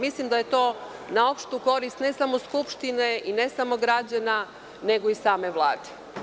Mislim da je to na opštu korist ne samo Skupštine i ne samo građana nego i same Vlade.